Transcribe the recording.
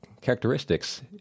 characteristics